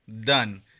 done